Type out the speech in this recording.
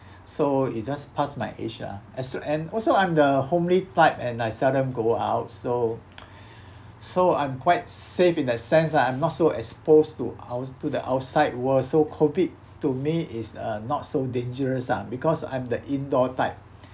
so it's just passed my age lah as to and also I'm the homely type and I seldom go out so so I'm quite safe in that sense lah I'm not so exposed to out~ to the outside world so COVID to me is uh not so dangerous ah because I'm the indoor type